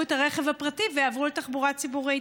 את הרכב הפרטי ויעברו לתחבורה ציבורית?